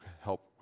help